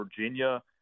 Virginia